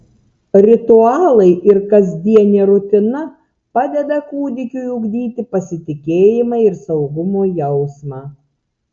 ritualai ir kasdienė rutina padeda kūdikiui ugdyti pasitikėjimą ir saugumo jausmą